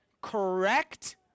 correct